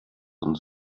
von